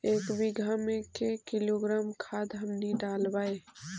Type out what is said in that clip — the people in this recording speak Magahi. एक बीघा मे के किलोग्राम खाद हमनि डालबाय?